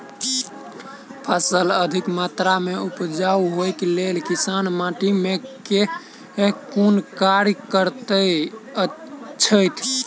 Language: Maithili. फसल अधिक मात्रा मे उपजाउ होइक लेल किसान माटि मे केँ कुन कार्य करैत छैथ?